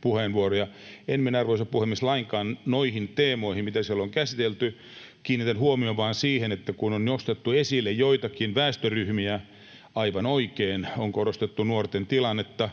puheenvuoroja. En mene, arvoisa puhemies, lainkaan noihin teemoihin, mitä siellä on käsitelty. Kiinnitän huomion vain siihen, että kun on nostettu esille joitakin väestöryhmiä, aivan oikein on korostettu nuorten tilannetta: